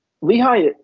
Lehigh –